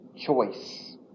choice